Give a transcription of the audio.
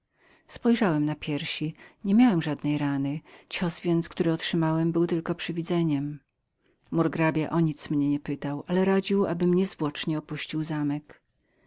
spojrzałem na piersi nie miałem żadnej rany i cios który zdało mi się żem otrzymał był tylko skutkiem obłędu murgrabia o nic mnie nie pytał ale radził abym niezwłocznie opuścił zamek